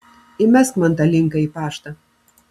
įmesk man tą linką į paštą